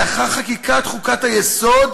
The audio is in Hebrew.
לאחר חקיקת חוקת היסוד,